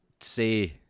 say